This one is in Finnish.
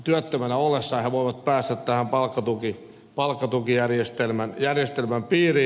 työttömänä ollessaan he voivat päästä tähän palkkatukijärjestelmän piiriin